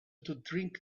drink